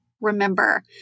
Remember